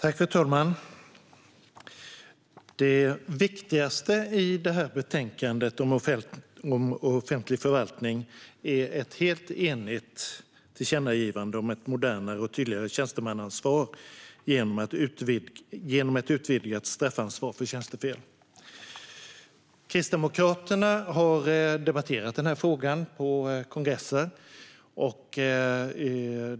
Fru talman! Det viktigaste i betänkandet om offentlig förvaltning är att ett helt enigt utskott har ett tillkännagivande om ett modernare och tydligare tjänstemannaansvar genom ett utvidgat straffansvar för tjänstefel. Kristdemokraterna har debatterat frågan på sina kongresser.